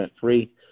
free